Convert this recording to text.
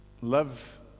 Love